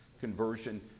conversion